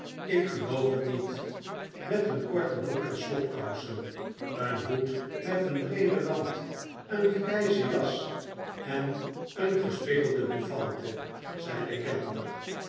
ik geloof het niet met een korte broek en slobkousen een hoed met een breeden rand een grijze jas en een gespikkelde bouffante zei de kellner